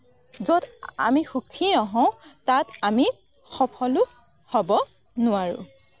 য'ত আমি সুখী নহওঁ তাত আমি সফলো হ'ব নোৱাৰোঁ